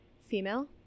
female